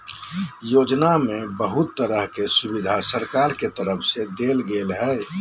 योजना में बहुत तरह के सुविधा सरकार के तरफ से देल गेल हइ